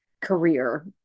career